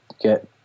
get